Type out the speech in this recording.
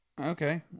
Okay